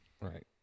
Right